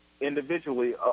individually